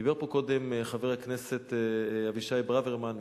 דיבר פה קודם חבר הכנסת אבישי ברוורמן,